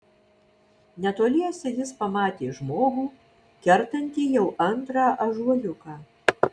netoliese jis pamatė žmogų kertantį jau antrą ąžuoliuką